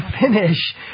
finish